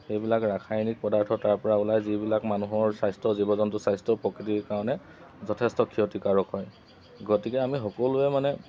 সেইবিলাক ৰাসায়নিক পদাৰ্থ তাৰপৰা ওলায় যিবিলাক মানুহৰ স্বাস্থ্য জীৱ জন্তু স্বাস্থ্যৰ প্ৰকৃতিৰ কাৰণে যথেষ্ট ক্ষতিকাৰক হয় গতিকে আমি সকলোৱে মানে